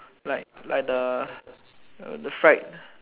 like like the the fried